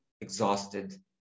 exhausted